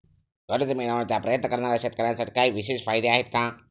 कर्ज मिळवण्याचा प्रयत्न करणाऱ्या शेतकऱ्यांसाठी काही विशेष फायदे आहेत का?